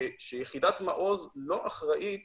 שיחידת מעוז לא אחראית